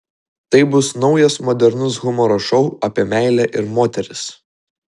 tai bus naujas modernus humoro šou apie meilę ir moteris